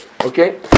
Okay